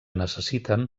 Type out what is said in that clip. necessiten